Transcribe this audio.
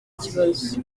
kibazo